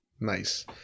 Nice